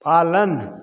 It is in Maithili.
पालन